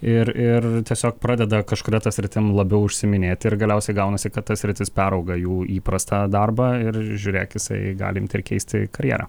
ir ir tiesiog pradeda kažkada ta sritim labiau užsiiminėti ir galiausiai gaunasi kad ta sritis perauga jų įprastą darbą ir žiūrėk jisai gali imti ir keisti karjerą